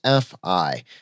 FI